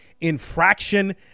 infraction